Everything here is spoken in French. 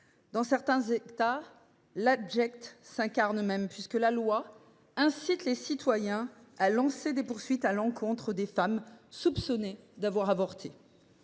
Dans certains États, l’abject s’incarne même, puisque la loi incite les citoyens à lancer des poursuites à l’encontre des femmes soupçonnées d’avoir avorté.